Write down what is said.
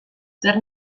zer